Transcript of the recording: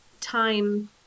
time